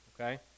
okay